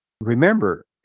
remember